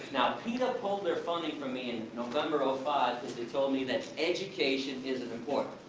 now, peta pulled their funding from me in november ah five, cause they told me that education isn't important.